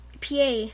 PA